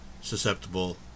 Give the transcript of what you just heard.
susceptible